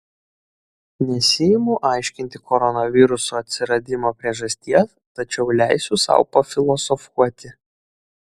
nesiimu aiškinti koronaviruso atsiradimo priežasties tačiau leisiu sau pafilosofuoti